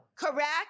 correct